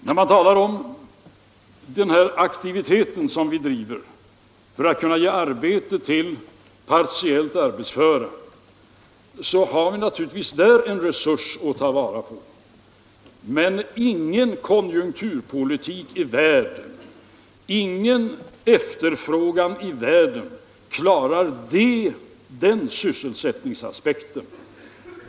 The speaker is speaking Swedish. När man talar om den här aktiviteten som vi driver för att kunna ge arbete till partiellt arbetsföra, så har vi naturligtvis där en resurs att ta vara på. Men ingen konjunkturpolitik i världen, ingen efterfrågan i världen klarar den sysselsättningsaspekten.